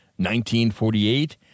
1948